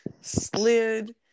slid